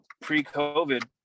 pre-COVID